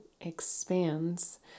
expands